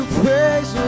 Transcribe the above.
praise